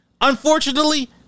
Unfortunately